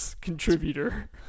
contributor